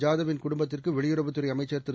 ஜாதவ்வின் குடும்பத்திற்குவெளியுறவுத் துறைஅமைச்சர் திரு